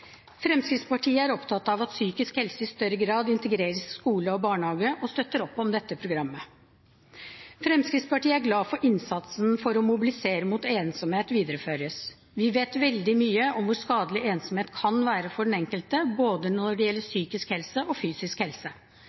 Fremskrittspartiet er opptatt av at psykisk helse i større grad integreres i skole og barnehage og støtter opp om dette programmet. Fremskrittspartiet er glad for at innsatsen for å mobilisere mot ensomhet videreføres. Vi vet veldig mye om hvor skadelig ensomhet kan være for den enkelte, både når det gjelder psykisk helse og fysisk helse.